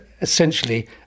essentially